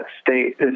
state